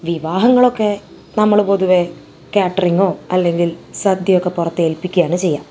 വിവാഹങ്ങളൊക്കെ നമ്മള് പൊതുവേ കാറ്ററിംഗോ അല്ലെങ്കിൽ സദ്യയൊക്കെ പുറത്ത് ഏൽപ്പിക്കുക ആണ് ചെയ്യുക